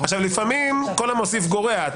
לפעמים כל המוסיף גורע.